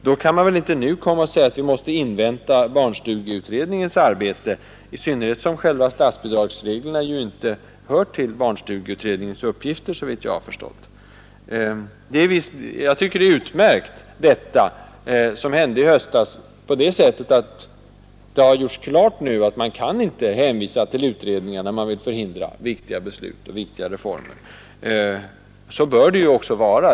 Då kan man inte nu hävda att vi måste invänta barnstugeutredningens betänkande, i synnerhet som det inte ingår i utredningens uppgift att ta ställning till själva statsbidragsreglerna, såvitt jag har förstått. Jag tycker att det är utmärkt, detta som hände i höstas. Det gjordes klart att man inte bara kan hänvisa till utredningar när man vill förhindra genomförandet av viktiga beslut och viktiga reformer.